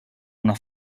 una